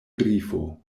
grifo